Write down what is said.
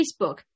Facebook